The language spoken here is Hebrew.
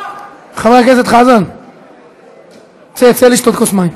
חבר הכנסת חזן, צא, צא לשתות כוס מים.